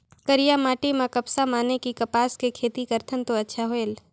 करिया माटी म कपसा माने कि कपास के खेती करथन तो अच्छा होयल?